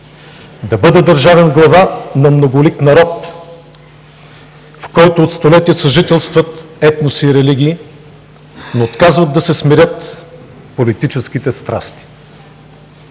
да бъда държавен глава на многолик народ, в който от столетия съжителстват етноси и религии, но отказват да се смирят политическите страсти.